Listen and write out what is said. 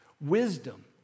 Wisdom